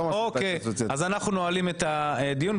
אוקיי, אנחנו נועלים את הדיון.